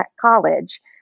college